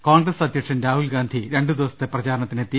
കോൺഗ്രസ് അധ്യക്ഷൻ രാഹുൽ ഗാന്ധി രണ്ടു ദിവസത്തെ പ്രചാരണത്തിനെത്തി